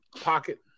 pocket